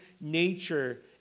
nature